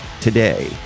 today